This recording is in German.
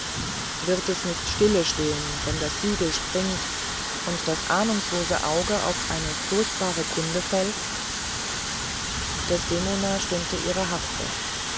wird es nicht stille stehen wenn das siegel springt und das ahnungslose auge auf eine furchtbare kunde fällt desdemona stimmte ihre harfe